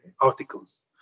articles